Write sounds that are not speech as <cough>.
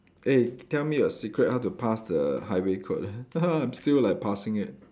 eh tell me a secret how to pass the highway code leh <laughs> I'm still like passing it